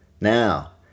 Now